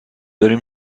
داریم